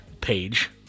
page